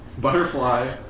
Butterfly